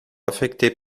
affectée